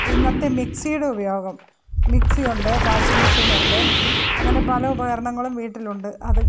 ഇന്നത്തെ മിക്സിയുടെ ഉപയോഗം മിക്സി ഉണ്ട് വാഷിങ്ങ് മെഷീൻ ഉണ്ട് അങ്ങനെ പല ഉപകരണങ്ങളും വീട്ടിലുണ്ട് അത്